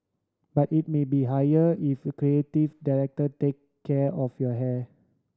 but it may be higher if the creative director take care of your hair